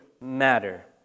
matter